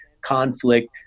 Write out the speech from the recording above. conflict